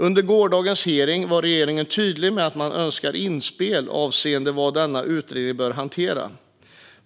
Under gårdagens hearing var regeringen tydlig med att man önskar inspel avseende vad denna utredning bör hantera.